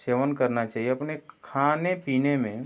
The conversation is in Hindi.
सेवन करना चाहिए अपने खाने पीने में